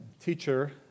teacher